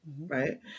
Right